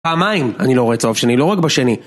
פעמיים, אני לא רואה צהוב שני לא רק בשני.